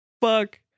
fuck